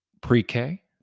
pre-K